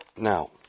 Now